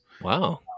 Wow